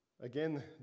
Again